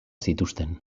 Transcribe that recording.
zituzten